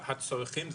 הצרכים,